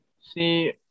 See –